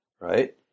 right